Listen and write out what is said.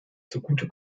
zugute